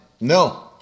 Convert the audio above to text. No